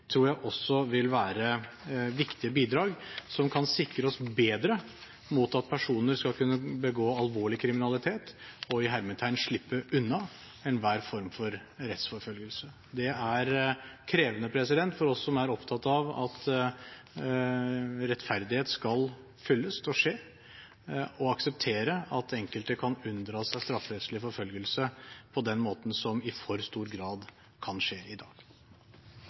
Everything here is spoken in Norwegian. tror jeg vil være et viktig bidrag som kan sikre oss bedre mot at personer skal kunne begå alvorlig kriminalitet og «slippe unna» enhver form for rettsforfølgelse. Det er krevende for oss som er opptatt av at rettferdighet skal skje fyllest, å akseptere at enkelte kan unndra seg strafferettslig forfølgelse på den måten som i for stor grad kan skje i dag.